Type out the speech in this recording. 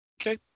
Okay